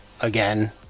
again